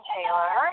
Taylor